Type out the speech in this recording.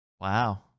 Wow